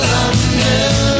London